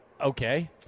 Okay